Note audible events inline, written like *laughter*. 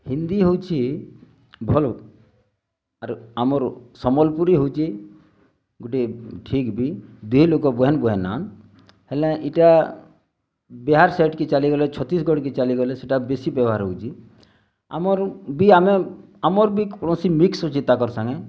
ହିନ୍ଦୀ ହେଉଛି ଭଲ୍ ଆରୁ ଆମର୍ ସମ୍ବଲପୁରୀ ହେଉଛି ଗୁଟେ ଠିକ୍ ବି ଦିହେଁ ଲୋକ *unintelligible* ହେଲେ ଇଟା ବିହାର୍ ସାଇଟ୍ କି ଚାଲିଗଲେ ଛତିଶଗଡ଼୍କେ ଚାଲିଗଲେ ସେଟା ବେଶୀ ବେବହାର୍ ହୋଉଛି ଆମର୍ ବି ଆମେ ଆମର୍ ବି କୌଣସି ମିକ୍ସ୍ ଅଛି ତାକର୍ ସାଙ୍ଗେ